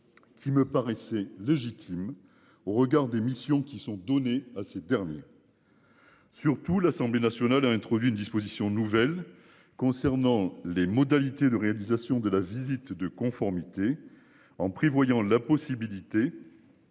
Qui me paraissait légitime au regard des missions qui sont données à ces derniers. Surtout, l'Assemblée nationale a introduit une disposition nouvelle concernant les modalités de réalisation de la visite de conformité en prévoyant la possibilité.